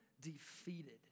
defeated